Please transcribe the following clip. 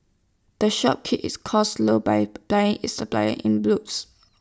the shop keeps its costs low by buying its supplies in bulks